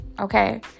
Okay